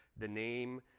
the name,